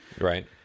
Right